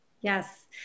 Yes